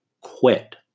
quit